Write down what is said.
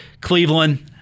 Cleveland